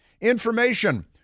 information